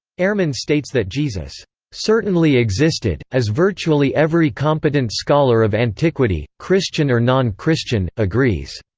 ehrman states that jesus certainly existed, as virtually every competent scholar of antiquity, christian or non-christian, agrees,